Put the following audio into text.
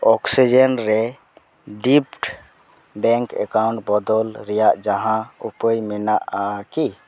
oxygen ᱨᱮ ᱰᱤᱯᱷᱴ bank account ᱵᱚᱫᱚᱞ ᱨᱮᱭᱟᱜ ᱡᱟᱦᱟᱸ ᱩᱯᱟᱹᱭ ᱢᱮᱱᱟᱜᱼᱟ ᱠᱤ